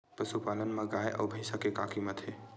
पशुपालन मा गाय अउ भंइसा के का कीमत हे?